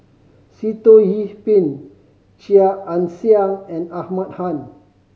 Sitoh Yih Pin Chia Ann Siang and Ahmad Khan